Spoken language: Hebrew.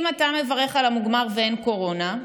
אם אתה מברך על המוגמר ואין קורונה,